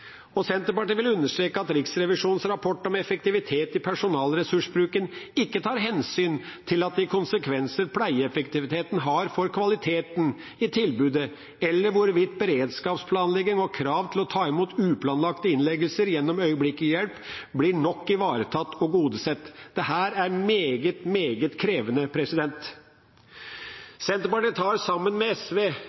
Senterpartiet vil understreke at Riksrevisjonens rapport om effektivitet i personalressursbruken ikke tar hensyn til at de konsekvenser pleieeffektiviteten har for kvaliteten i tilbudet, eller hvorvidt beredskapsplanlegging og krav til å ta imot uplanlagte innleggelser gjennom øyeblikkelig hjelp, blir nok ivaretatt og tilgodesett. Dette er meget, meget krevende. Senterpartiet tar, sammen med SV,